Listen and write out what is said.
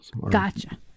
Gotcha